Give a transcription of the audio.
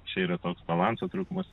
čia yra toks balanso trūkumus